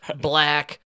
black